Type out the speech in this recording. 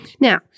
Now